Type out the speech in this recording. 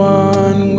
one